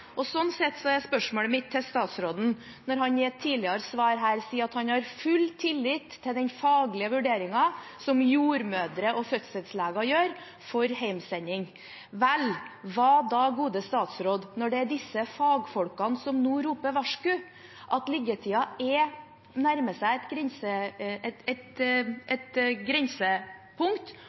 Sånn sett er spørsmålet mitt til statsråden, når han i et tidligere svar her sier at han har full tillit til den faglige vurderingen som jordmødre og fødselsleger gjør for hjemsending: Vel, hva da, gode statsråd, når det er disse fagfolkene som nå roper varsku for at liggetiden nå nærmer seg et